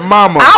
Mama